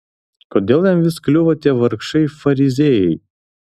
kodėl jam vis kliūva tie vargšai fariziejai